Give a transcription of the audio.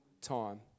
time